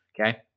okay